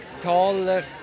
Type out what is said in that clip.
taller